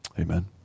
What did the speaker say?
Amen